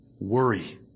worry